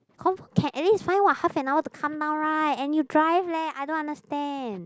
confirm can at least find what half an hour to come down right and you drive leh I don't understand